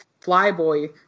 Flyboy